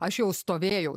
aš jau stovėjau